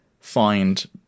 find